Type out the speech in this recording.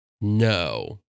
No